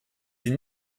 sie